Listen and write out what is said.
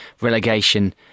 relegation